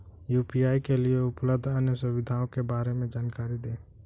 UPI के लिए उपलब्ध अन्य सुविधाओं के बारे में जानकारी दें?